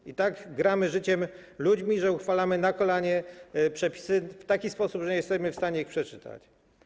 I tak gramy życiem ludzi, że uchwalamy na kolanie przepisy w taki sposób, że nie jesteśmy w stanie ich przeczytać.